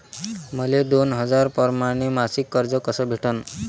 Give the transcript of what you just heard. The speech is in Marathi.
मले दोन हजार परमाने मासिक कर्ज कस भेटन?